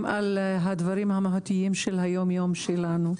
על הדברים המהותיים של היום-יום שלנו.